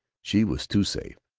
she was too safe.